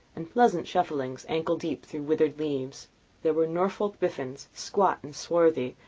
and pleasant shufflings ankle deep through withered leaves there were norfolk biffins, squat and swarthy,